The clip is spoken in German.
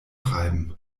treiben